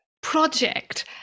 project